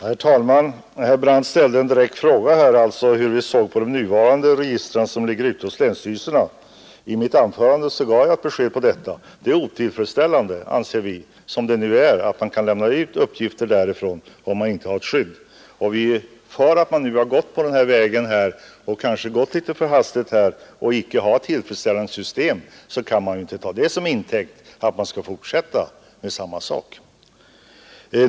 Herr talman! Herr Brandt ställde den direkta frågan hur vi såg på de nuvarande registren som finns ute hos länsstyrelserna. I mitt anförande gav jag besked om det. Vi anser det vara otillfredsställande att man, som nu är fallet, kan lämna ut uppgifter därifrån och att ingen är skyddad för det. Men när man nu här kanske har gått litet för hastigt fram och inte har ett tillfredsställande system, så kan ju inte detta tas till intäkt för att fortsätta på den inslagna vägen.